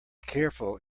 careful